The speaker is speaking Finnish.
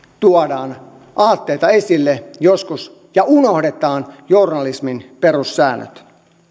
tuodaan aatteita esille joskus ja unohdetaan journalismin perussäännöt